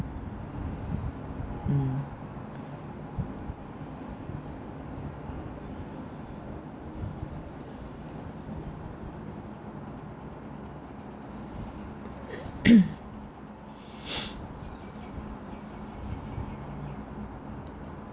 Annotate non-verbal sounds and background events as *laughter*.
mm *coughs* *breath*